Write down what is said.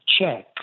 check